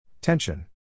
Tension